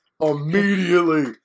immediately